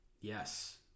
yes